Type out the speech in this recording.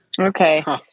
Okay